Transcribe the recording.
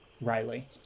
Riley